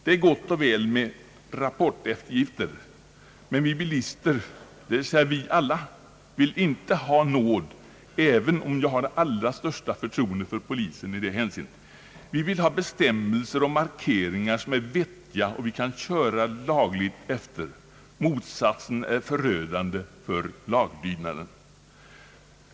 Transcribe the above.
Det är gott och väl med rapporteftergifter, men vi bilister, dvs. vi alla, vill inte ha nåd, även om jag har det allra största förtroende för polisen. Vi vill ha bestämmelser och markeringar som är vettiga och som vi kan köra laglydigt efter. Motsatsen är förödande för laglydnaden.